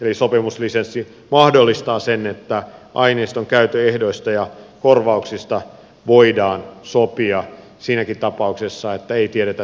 eli sopimuslisenssi mahdollistaa sen että aineiston käytön ehdoista ja korvauksista voidaan sopia siinäkin tapauksessa että ei tiedetä tekijää